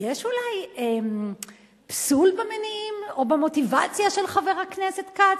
יש אולי פסול במניעים או במוטיבציה של חבר הכנסת כץ,